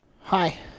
Hi